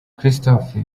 christopher